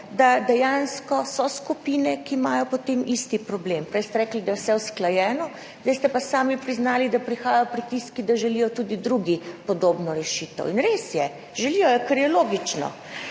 so dejansko skupine, ki imajo potem isti problem. Prej ste rekli, da je vse usklajeno, zdaj ste pa sami priznali, da prihajajo pritiski, da želijo tudi drugi podobno rešitev. In res je, želijo, kar je logično,